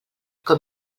com